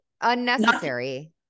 Unnecessary